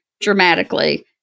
dramatically